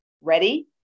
Ready